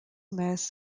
mess